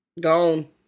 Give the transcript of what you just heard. Gone